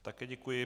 Také děkuji.